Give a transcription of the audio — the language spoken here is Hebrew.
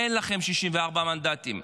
אין לכם 64 מנדטים.